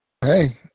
Hey